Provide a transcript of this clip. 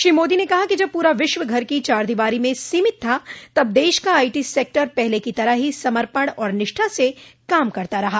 श्री मोदी ने कहा कि जब पूरा विश्व घर की चार दीवारी में सीमित था तब देश का आई टी सेक्टर पहले की तरह ही समर्पण और निष्ठा से काम करता रहा